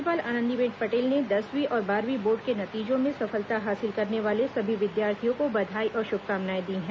राज्यपाल आनंदीबेन पटेल ने दसवीं और बारहवीं बोर्ड के नतीजों में सफलता हासिल करने वाले सभी विद्यार्थियों को बधाई और शुभकामनाएं दी हैं